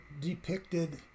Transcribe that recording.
depicted